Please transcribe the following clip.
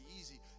easy